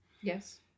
Yes